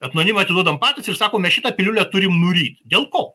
etnonimą atiduodam patys ir sakom mes šitą piliulę turime nuryt dėl ko